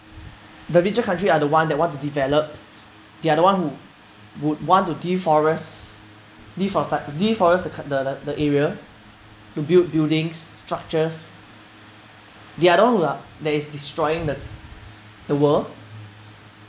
the richer country are the one that want to develop they are the one who would want to deforest defore~ deforest the the area to build buildings structures they are the one who are that is destroying the the world